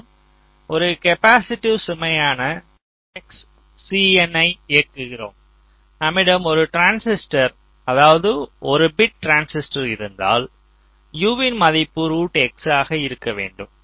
நாம் ஒரு கேப்பாசிட்டிவ் சுமையான XCin யை இயக்குகிறோம் நம்மிடம் ஒரு டிரான்சிஸ்டர் அதாவது ஒரு பிட் டிரான்சிஸ்டர் இருந்தால் U யின் மதிப்பு ஆக இருக்க வேண்டும்